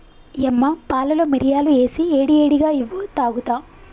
యమ్మ పాలలో మిరియాలు ఏసి ఏడి ఏడిగా ఇవ్వు తాగుత